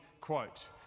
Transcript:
quote